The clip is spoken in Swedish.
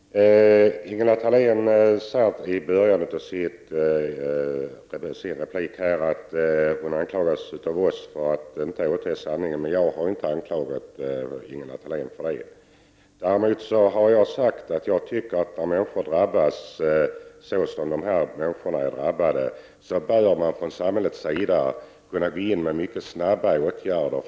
Herr talman! Ingela Thalén sade i början av sitt inlägg att hon anklagades av oss för att inte säga sanningen. Jag har inte anklagat Ingela Thalén för det. Däremot har jag sagt att jag tycker att när människor drabbas på det sätt som dessa människor har blivit drabbade på, bör samhället kunna gå in med mycket snabba åtgärder.